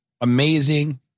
Amazing